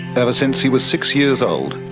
ever since he was six years old,